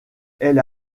elle